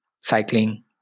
cycling